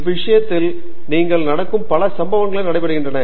இவ்விஷயத்தில் நிகழ்வுகள் நடக்கும் பல சம்பவங்கள் நடைபெறுகின்றன